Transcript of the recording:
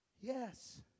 Yes